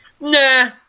nah